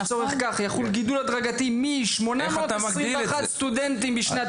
לצורך כך יחול גידול הדרגתי מ-821 סטודנטים בשנת